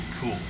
cool